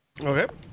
Okay